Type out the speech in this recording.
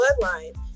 bloodline